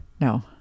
No